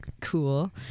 cool